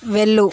వెళ్ళు